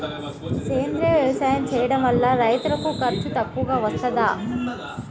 సేంద్రీయ వ్యవసాయం చేయడం వల్ల రైతులకు ఖర్చు తక్కువగా వస్తదా?